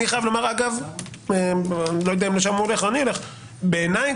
בעיניי,